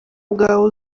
bwawe